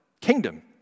kingdom